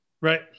Right